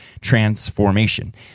transformation